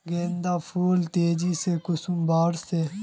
गेंदा फुल तेजी से कुंसम बार से?